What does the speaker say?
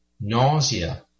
nausea